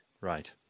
Right